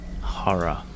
horror